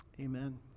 Amen